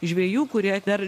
žvejų kurie dar